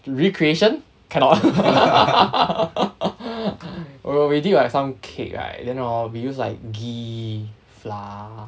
recreation cannot we did like some cake right then hor we use like ghee flour